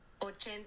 ochenta